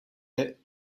est